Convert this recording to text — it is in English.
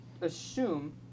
assume